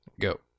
go